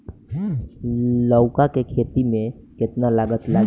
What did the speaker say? लौका के खेती में केतना लागत लागी?